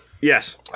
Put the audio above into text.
Yes